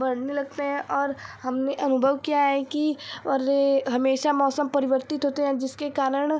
बढ़ने लगते हैं और हमने अनुभव किया है कि और ये हमेशा मौसम परिवर्तित होते हैं जिसके कारण